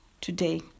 today